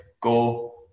go